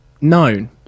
known